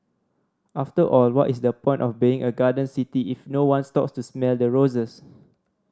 after all what is the point of being a garden city if no one stops to smell the roses